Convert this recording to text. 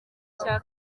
cya